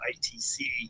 ITC